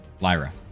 Lyra